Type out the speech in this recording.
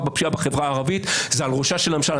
בפשיעה בחברה הערבית זה על ראשה של הממשלה.